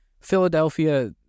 Philadelphia